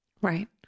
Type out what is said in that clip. right